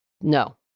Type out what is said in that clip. no